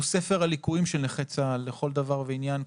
ספר הליקויים של נכי צה"ל לכל דבר ועניין,